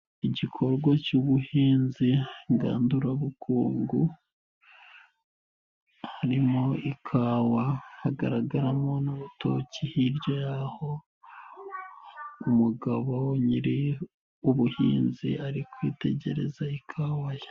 Igikorwa cy'ubuhinzi ingandurabukungu, harimo ikawa, hagaragaramo n'urutoki hirya y'aho umugabo nyiri ubuhinzi, ari kwitegereza ikawa ye.